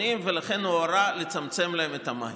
ולכן הוא הורה לצמצם להם את המים.